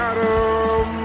Adam